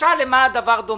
משל למה הדבר דומה?